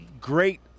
great